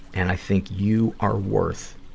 and i think you are worth